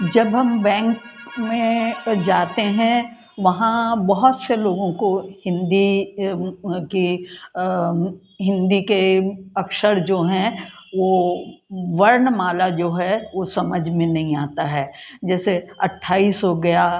जब हम बैंक में जाते हैं वहाँ बहुत से लोगों को हिन्दी के हिन्दी के अक्षर जो हैं वो वर्णमाला जो है वो समझ में नहीं आती है जैसे अट्ठाईस हो गया